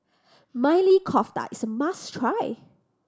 Maili Kofta is a must try